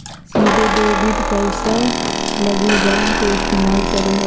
सीधे डेबिट पैसा लगी बैंक के इस्तमाल करो हइ